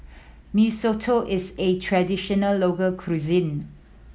Mee Soto is a traditional local cuisine